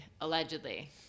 Allegedly